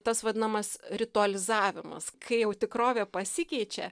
tas vadinamas ritualizavimas kai jau tikrovė pasikeičia